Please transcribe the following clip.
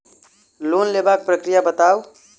Loan लेबाक प्रक्रिया बताऊ?